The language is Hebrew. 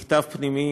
מכתב פנימי,